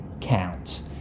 count